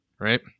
right